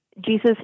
Jesus